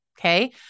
Okay